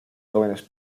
jóvenes